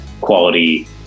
quality